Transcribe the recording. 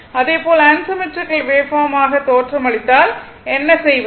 அதே போல் unsymmetrical waveform ஆக தோற்றமளித்தால் என்ன செய்வது